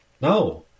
No